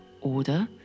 Oder